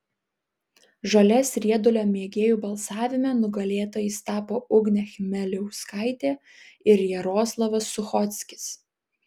žolės riedulio mėgėjų balsavime nugalėtojais tapo ugnė chmeliauskaitė ir jaroslavas suchockis